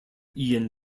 ian